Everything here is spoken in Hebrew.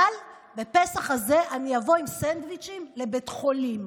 אבל בפסח הזה אני אבוא עם סנדוויצ'ים לבית חולים.